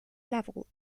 level